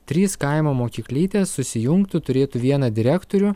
trys kaimo mokyklytės susijungtų turėtų vieną direktorių